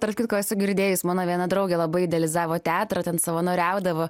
tarp kitko esu girdėjus mano viena draugė labai idealizavo teatrą ten savanoriaudavo